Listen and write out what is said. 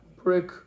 brick